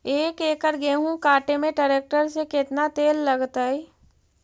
एक एकड़ गेहूं काटे में टरेकटर से केतना तेल लगतइ?